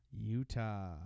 Utah